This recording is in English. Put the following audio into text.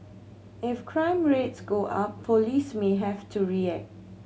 if crime rates go up police may have to react